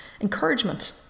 encouragement